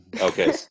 Okay